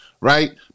right